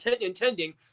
intending